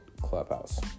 Clubhouse